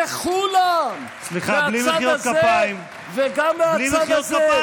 לכולם, מהצד הזה וגם מהצד הזה.